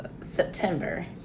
september